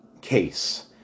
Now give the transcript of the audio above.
case